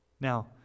Now